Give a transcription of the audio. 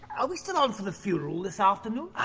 are we still on for the funeral this afternoon? er,